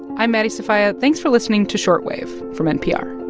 i'm maddie sofia. thanks for listening to short wave from npr